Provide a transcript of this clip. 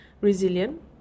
resilient